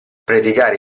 predicare